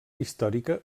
històrica